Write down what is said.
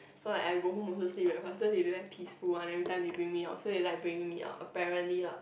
so like I go home also sleep very fast so they do very peaceful one every time they bring me out so they like to bring me out apparently ah